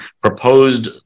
proposed